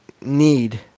need